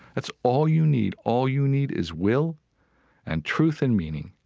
that's all you need. all you need is will and truth and meaning,